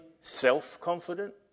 self-confident